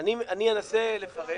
אני אנסה לפרט.